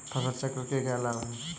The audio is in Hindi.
फसल चक्र के क्या लाभ हैं?